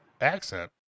accent